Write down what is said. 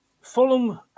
Fulham